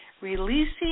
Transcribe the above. releasing